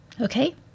Okay